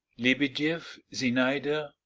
lebedieff, zinaida,